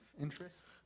interest